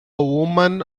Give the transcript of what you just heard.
woman